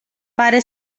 pare